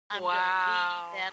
Wow